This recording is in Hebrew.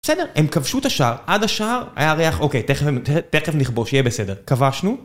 בסדר, הם כבשו את השער, עד השער היה ריח, אוקיי, תכף נכבוש, יהיה בסדר. כבשנו.